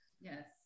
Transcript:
Yes